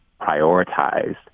prioritized